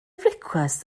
brecwast